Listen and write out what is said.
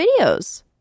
videos